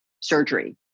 surgery